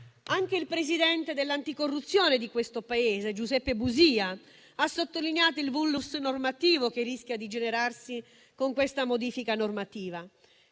Anche il presidente dell'Autorità nazionale anticorruzione di questo Paese, Giuseppe Busia, ha sottolineato il *vulnus* normativo che rischia di generarsi con questa modifica normativa.